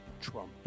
Trump